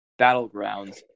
battlegrounds